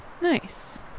Nice